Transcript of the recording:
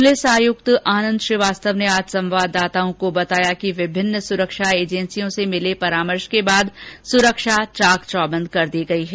police आयुक्त आनंद श्रीवास्तव ने आज संवाददाताओं को बताया कि विभिन्न सुरक्षा एजेंसियों से मिले परामर्श के बाद सुरक्षा चाक चौबंद कर दी गयी है